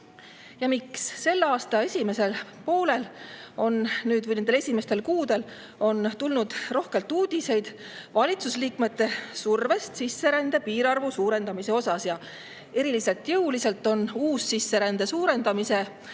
Miks? Selle aasta esimesel poolel, aasta esimestel kuudel on tulnud rohkelt uudiseid valitsusliikmete survest sisserände piirarvu suurendamise kohta. Eriti jõuliselt on uussisserände suurendamise